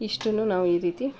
ಇಷ್ಟೂ ನಾವು ಈ ರೀತಿ